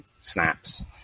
snaps